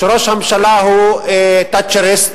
שראש הממשלה הוא תאצ'ריסט